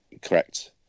Correct